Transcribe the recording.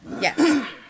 yes